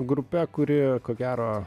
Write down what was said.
grupe kuri ko gero